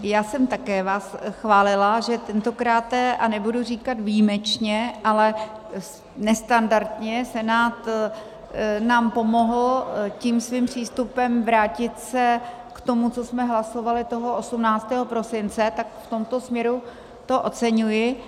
Tak já jsem také vás chválila, že tentokráte, a nebudu říkat výjimečně, ale nestandardně Senát nám pomohl tím svým přístupem vrátit se k tomu, co jsme hlasovali toho 18. prosince, tak v tomto směru to oceňuji.